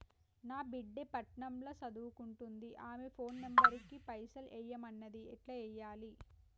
నా బిడ్డే పట్నం ల సదువుకుంటుంది ఆమె ఫోన్ నంబర్ కి పైసల్ ఎయ్యమన్నది ఎట్ల ఎయ్యాలి?